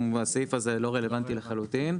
הסעיף הזה לא רלוונטי לחלוטין.